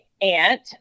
aunt